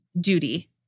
duty